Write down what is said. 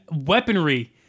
weaponry